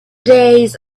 days